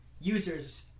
users